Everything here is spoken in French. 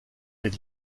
est